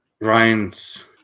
Ryan's